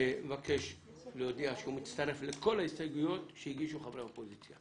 מבקש להודיע שהוא מצטרף לכל ההסתייגויות שהגישו חברי האופוזיציה.